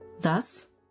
Thus